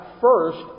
first